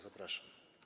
Zapraszam.